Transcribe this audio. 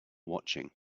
watching